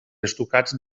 estucats